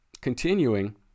Continuing